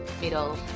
middle